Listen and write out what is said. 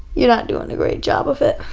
you're not doing a great job of it.